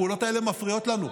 הפעולות האלה מפריעות לנו.